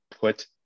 put